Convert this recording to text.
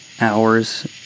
hours